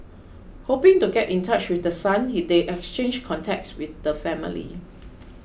hoping to get in touch with the son he they exchanged contacts with the family